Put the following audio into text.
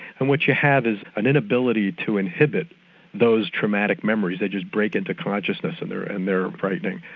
and what you have is an inability to inhibit those traumatic memories, they just break into consciousness and they're and they're frightening.